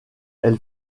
elle